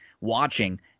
Watching